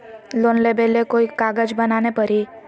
Loan लेबे ले कोई कागज बनाने परी?